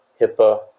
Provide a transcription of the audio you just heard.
HIPAA